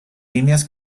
líneas